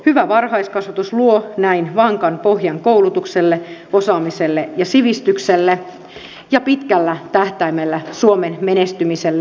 hyvä varhaiskasvatus luo näin vankan pohjan koulutukselle osaamiselle ja sivistykselle ja pitkällä tähtäimellä suomen menestymiselle